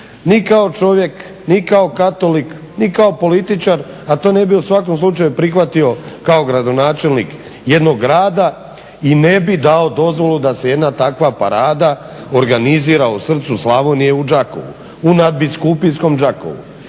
ni kao čovjek, ni kao katolik, ni kao političar, a to ne bi u svakom slučaju prihvatio kao gradonačelnik jednog grada i ne bih dao dozvolu da se jedna takva parada organizira u srcu Slavonije u Đakovu, u nadbiskupijskom Đakovu.